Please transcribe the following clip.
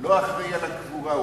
לא אחראי על הקבורה.